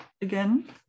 again